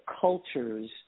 cultures